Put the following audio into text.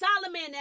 Solomon